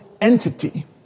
entity